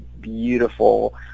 beautiful